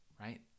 right